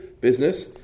business